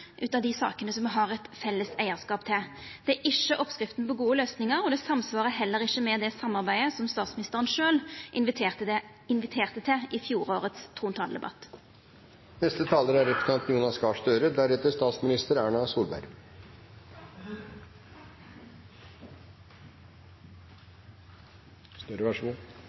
ut av dei sakene som me har eit felles eigarskap til. Det er ikkje oppskrifta på gode løysingar, og det samsvarar heller ikkje med det samarbeidet som statsministeren sjølv inviterte til i fjorårets trontaledebatt. Til representanten